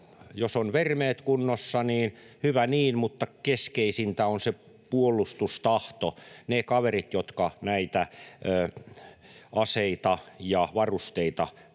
jos ovat vermeet kunnossa, niin hyvä niin, mutta keskeisintä on se puolustustahto, ne kaverit, jotka näitä aseita ja varusteita käyttävät.